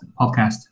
podcast